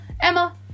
Emma